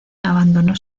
abandonó